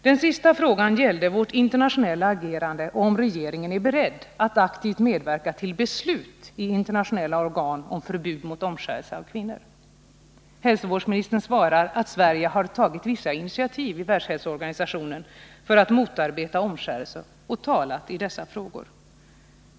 Den sista frågan gällde vårt internationella agerande och om regeringen är beredd att aktivt medverka till beslut i internationella organ om förbud mot omskärelse av kvinnor. Hälsovårdsministern svarar att Sverige har tagit vissa initiativ i Världshälsoorganisationen för att motarbeta omskärelse och talat i dessa frågor.